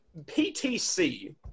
PTC